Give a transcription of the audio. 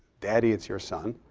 daddy, it's your son.